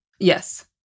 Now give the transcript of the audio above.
Yes